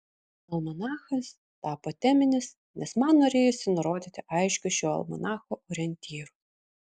almanachas tapo teminis nes man norėjosi nurodyti aiškius šio almanacho orientyrus